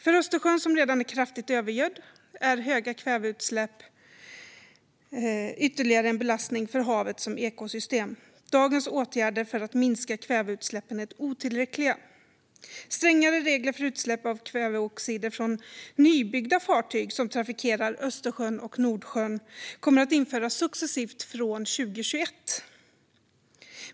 För Östersjön, som redan är kraftigt övergödd, är höga kväveutsläpp ytterligare en belastning för havet som ekosystem. Dagens åtgärder för att minska kväveutsläppen är otillräckliga. Strängare regler för utsläpp av kväveoxider från nybyggda fartyg som trafikerar Östersjön och Nordsjön kommer att införas successivt från 2021.